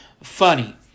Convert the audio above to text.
funny